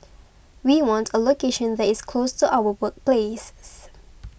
we want a location that is close to our workplaces